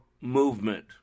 movement